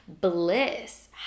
bliss